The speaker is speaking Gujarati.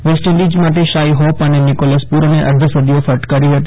વેસ્ટ ઇન્ડીઝ માટે શાઈ હોપ અને નિકોલસ પૂરને અર્ધ સદીઓ મારી હતી